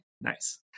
Nice